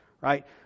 right